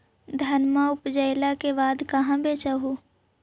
धनमा उपजाईला के बाद कहाँ बेच हू?